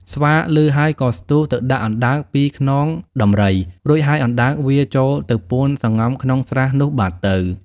ស្វាឮហើយក៏ស្ទុះទៅដាក់អណ្ដើកពីលើខ្នងដំរី រួចហើយអណ្ដើកវារចូលទៅពួនសម្ងំក្នុងស្រះនោះបាត់ទៅ។